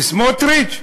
וסמוטריץ?